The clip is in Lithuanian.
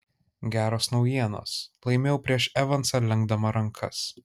geros naujienos laimėjau prieš evansą lenkdama rankas